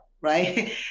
right